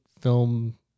film